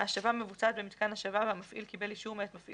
ההשבה מבוצעת במיתקן השבה והמפעיל קיבל אישור מאת מפעיל